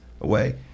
away